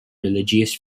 religious